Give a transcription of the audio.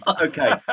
Okay